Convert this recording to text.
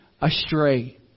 astray